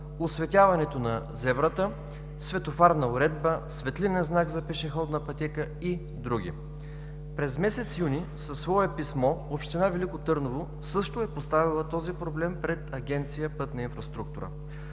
осветяването на зебрата, светофарна уредба, светлинен знак за пешеходна пътека и други. През месец юни със свое писмо община Велико Търново също е поставила този проблем пред Агенция „Пътна инфраструктура“.